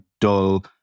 dull